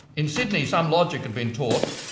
in sydney, some logic had been taught,